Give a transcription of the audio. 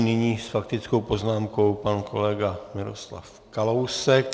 Nyní s faktickou poznámkou pan kolega Miroslav Kalousek.